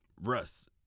Russ